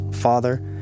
father